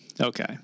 Okay